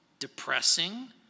Depressing